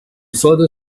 further